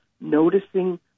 noticing